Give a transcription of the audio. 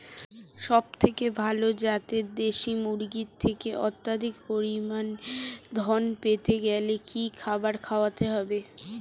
সবথেকে ভালো যাতে দেশি মুরগির থেকে অত্যাধিক পরিমাণে ঋণ পেতে গেলে কি খাবার খাওয়াতে হবে?